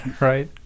Right